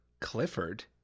Clifford